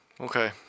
Okay